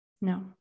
No